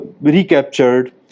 recaptured